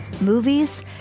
movies